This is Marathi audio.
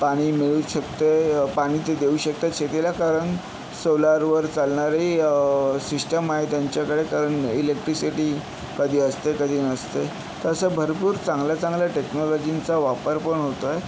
पाणी मिळू शकते पाणी ते देऊ शकतात शेतीला कारण सोलार वर चालणारी सिस्टम आहे त्यांच्याकडे कारण इलेक्ट्रीसिटी कधी असते कधी नसते तर असं भरपूर चांगल्या चांगल्या टेक्नॉलॉजींचा वापर पण होतोय